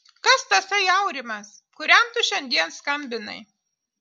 kas tasai aurimas kuriam tu šiandien skambinai